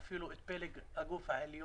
מחלון המכונית אלא אפילו את פלג הגוף העליון.